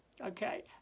Okay